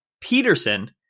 Peterson